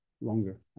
longer